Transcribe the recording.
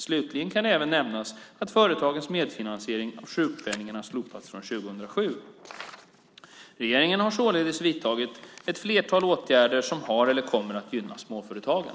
Slutligen kan även nämnas att företagens medfinansiering av sjukpenningen har slopats från 2007. Regeringen har således vidtagit ett flertal åtgärder som har gynnat eller kommer att gynna småföretagen.